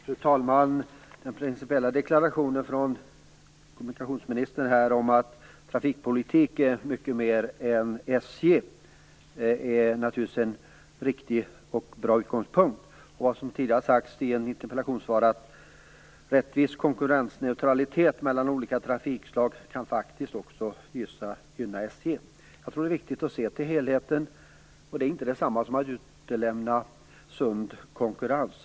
Fru talman! Den principiella deklarationen från kommunikationsministern om att trafikpolitiken är mycket mer än SJ är naturligtvis en riktig och bra utgångspunkt. Det har också tidigare sagts i ett interpellationssvar att rättvis konkurrensneutralitet mellan olika trafikslag faktiskt också kan gynna SJ. Jag tror att det är viktigt att se till helheten. Det är inte det samma som att utelämna sund konkurrens.